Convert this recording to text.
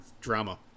drama